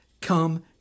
come